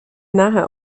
nahe